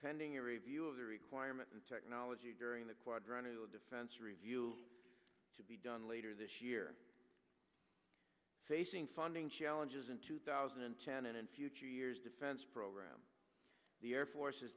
pending a review of the requirement and technology during the quadrennial defense review to be done later this year facing funding challenges in two thousand and ten and in future years defense program the air force has